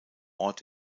ort